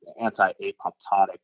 anti-apoptotic